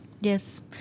Yes